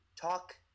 talk